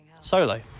Solo